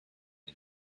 new